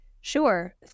Sure